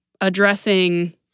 addressing